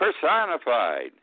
personified